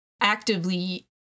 actively